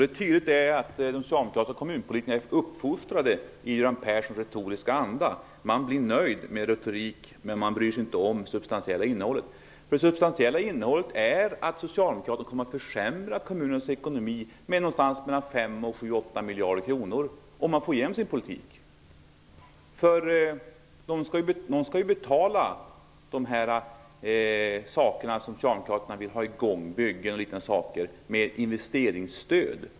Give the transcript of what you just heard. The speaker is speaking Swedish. Det är tydligt att de socialdemokratiska kommunpolitikerna är uppfostrade i Göran Perssons retoriska anda. Man blir nöjd med retorik, och man bryr sig inte om det substantiella innehållet. Det substantiella innehållet är nämligen att Socialdemokraterna kommer att försämra kommunens ekonomi med ca 5--8 miljarder kronor, om de får driva sin politik. De projekt som socialdemokraterna vill ha i gång, t.ex. byggen, skall ju betalas med investeringsstöd.